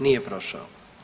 Nije prošao.